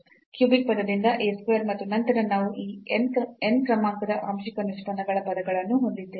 cubic ಪದದಿಂದ a square ಮತ್ತು ನಂತರ ನಾವು ಈ n ನೇ ಕ್ರಮಾಂಕದ ಆಂಶಿಕ ನಿಷ್ಪನ್ನಗಳ ಪದಗಳನ್ನು ಹೊಂದಿದ್ದೇವೆ